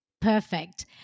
Perfect